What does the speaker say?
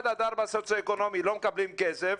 סוציו אקונומי 1 עד 4 לא מקבלים כסף,